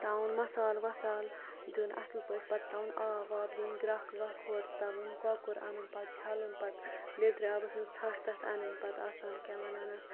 تراوُن مَسالہٕ وَسالہٕ دِیُن اَصل پٲٹھۍ پَتہٕ تراوُن آب واب دِنۍ گرَیکھ وَیکھ ہورٕ تَلُن کۄکُر اَنُن پَتہٕ چھَلُن پَتہٕ لیٚدرٕ آبَس مَنٛز ژھَٹھ تَتھ اَنٕنۍ پَتہٕ آسان کیاہ وَنان اَتھ